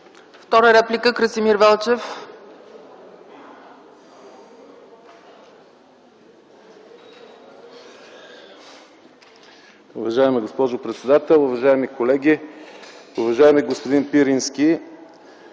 Втора реплика – Красимир Велчев.